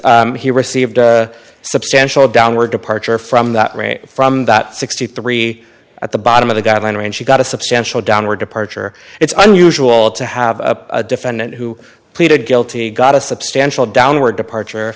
he received a substantial downward departure from that rate from that sixty three at the bottom of the guideline range she got a substantial downward departure it's unusual to have a defendant who pleaded guilty got a substantial downward departure